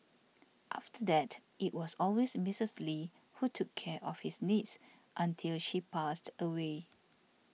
after that it was always Misters Lee who took care of his needs until she passed away